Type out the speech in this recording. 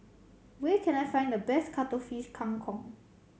where can I find the best Cuttlefish Kang Kong